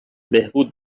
بهبود